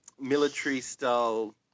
military-style